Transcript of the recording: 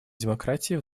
демократии